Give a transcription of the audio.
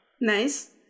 Nice